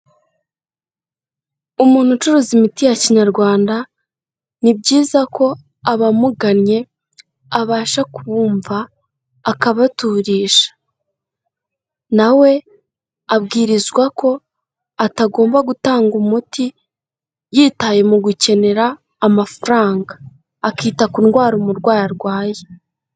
Umuntu ucuruza imiti ya Kinyarwanda, ni byiza ko abamugannye abasha kubumva akabaturisha, na we abwirizwa ko atagomba gutanga umuti yitaye mu gukenera amafaranga, akita ku ndwara umurwayi arwaye.